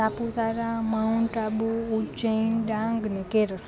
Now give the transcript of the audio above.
Saputara mount Abu Ujjain Dang અને કેરળ